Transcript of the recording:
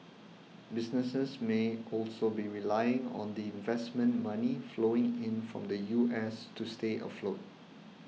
businesses may also be relying on the investment money flowing in from the U S to stay afloat